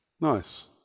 Nice